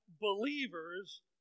believers